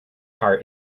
car